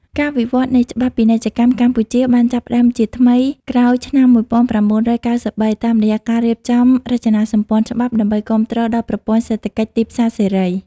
ការវិវត្តនៃច្បាប់ពាណិជ្ជកម្មកម្ពុជាបានចាប់ផ្ដើមជាថ្មីក្រោយឆ្នាំ ១៩៩៣ តាមរយៈការរៀបចំរចនាសម្ព័ន្ធច្បាប់ ដើម្បីគាំទ្រដល់ប្រព័ន្ធសេដ្ឋកិច្ចទីផ្សារសេរី។